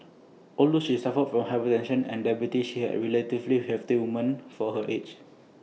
although she suffered from hypertension and diabetes she have relatively healthy woman for her age